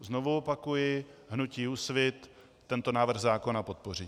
Znovu opakuji, hnutí Úsvit tento návrh zákona podpoří.